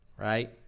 Right